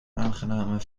aangename